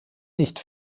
nicht